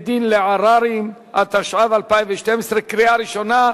73) (בית-דין לעררים), התשע"ב 2012, קריאה ראשונה.